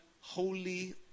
holy